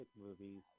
movies